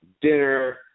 dinner